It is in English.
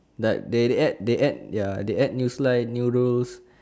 like they they add they add ya they add new slide new rules